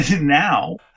now